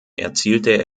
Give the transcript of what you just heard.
erzielte